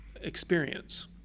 experience